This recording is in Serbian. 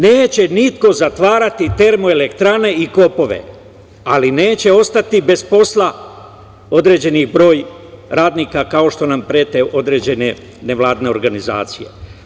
Neće niko zatvarati termoelektrane i kopove, ali neće ostati bez posla određeni broj radnika kao što nam prete određene nevladine organizacije.